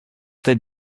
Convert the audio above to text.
tête